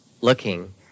Looking